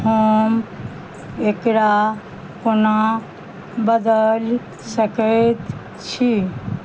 हम एकरा कोना बदलि सकैत छी